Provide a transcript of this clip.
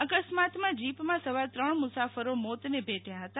અકસ્માતમાં જીપમાં સવાર ત્રણ મુસાફરી મીતને ભેટયા હતા